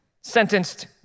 sentenced